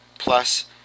plus